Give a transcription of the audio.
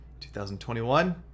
2021